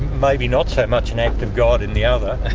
maybe not so much an act of god in the other.